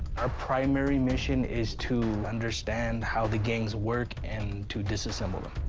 our primary mission is to understand how the gangs work and to disassemble them.